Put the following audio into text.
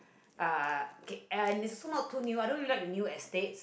uh okay and it is also not too new I don't really like the new estates